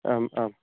आम् आम्